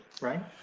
right